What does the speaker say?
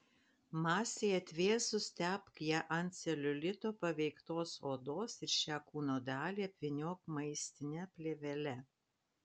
masei atvėsus tepk ją ant celiulito paveiktos odos ir šią kūno dalį apvyniok maistine plėvele